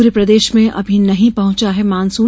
पूरे प्रदेश में अभी नहीं पहुंचा है मॉनसून